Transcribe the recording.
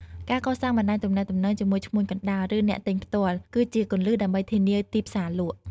ការកសាងបណ្តាញទំនាក់ទំនងជាមួយឈ្មួញកណ្តាលឬអ្នកទិញផ្ទាល់ គឺជាគន្លឹះដើម្បីធានាទីផ្សារលក់។